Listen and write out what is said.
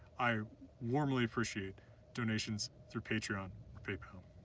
i warmly appreciate donations through patreon or paypal.